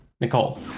nicole